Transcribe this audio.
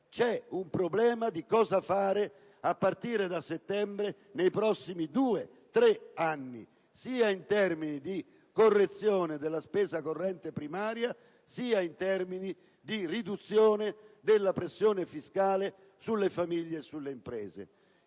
c'è il problema di cosa fare, a partire da settembre, per i prossimi due o tre anni, sia in termini di correzione della spesa corrente primaria, sia in termini di riduzione della pressione fiscale sulle famiglie e sulle imprese.